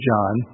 John